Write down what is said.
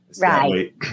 Right